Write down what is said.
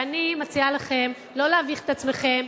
ואני מציעה לכם לא להביך את עצמכם,